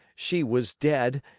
she was dead,